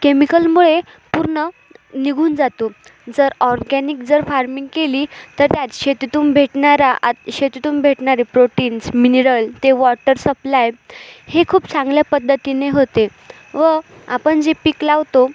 केमिकलमुळे पूर्ण निघून जातो जर ऑरगॅनिक जर फार्मिंग केली तर त्यात शेतीतून भेटणारा आत शेतीतून भेटणारे प्रोटीन्स मिनिरल ते वॉटर सप्लाय हे खूप चांगल्या पद्धतीने होते व आपण जे पीक लावतो